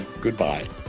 goodbye